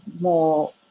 more